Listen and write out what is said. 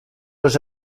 les